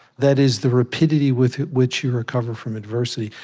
that is, the rapidity with which you recover from adversity,